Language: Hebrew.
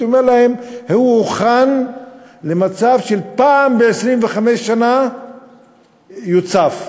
והייתי אומר להם: הוא הוכן למצב שפעם ב-25 שנה הוא יוצף.